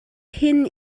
hin